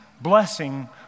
blessing